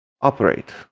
operate